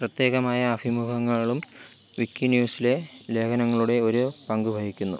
പ്രത്യേകമായ അഭിമുഖങ്ങളും വിക്കി ന്യൂസിലെ ലേഖനങ്ങളുടെ ഒരു പങ്ക് വഹിക്കുന്നു